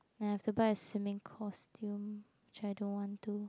then I have to buy a swimming costume which I don't want to